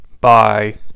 Bye